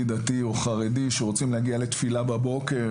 דתי או חרדי שרוצים להגיע לתפילה בבוקר,